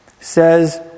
says